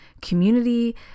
Community